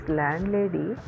landlady